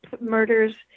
murders